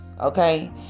okay